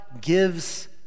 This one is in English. gives